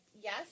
Yes